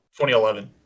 2011